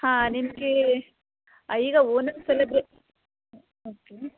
ಹಾಂ ನಿಮಗೆ ಈಗ ಓಣಂ ಸೆಲೆಬ್ರೇ ಹ್ಞೂ ಓಕೆ